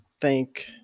thank